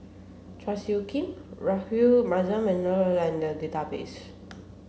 Chua Soo Khim Rahayu Mahzam and Neil are in the database